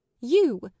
You